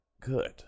Good